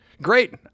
Great